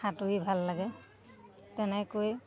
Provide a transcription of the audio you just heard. সাঁতুৰি ভাল লাগে তেনেকৈ